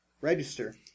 register